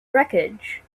wreckage